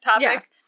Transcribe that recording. topic